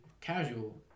casual